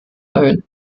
erhöhen